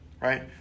right